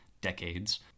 decades